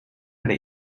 eine